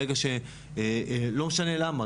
ברגע שלא משנה למה,